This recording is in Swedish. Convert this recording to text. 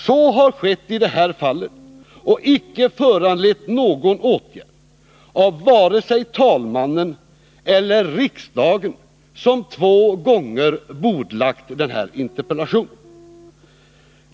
Så har skett i detta fall, och det har icke föranlett någon åtgärd av vare sig talmannen eller riksdagen, som två gånger bordlagt interpellationen.